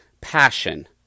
passion